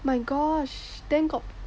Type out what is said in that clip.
my gosh then got